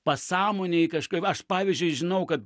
pasąmonėj kažkaip aš pavyzdžiui žinau kad